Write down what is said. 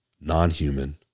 non-human